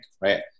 right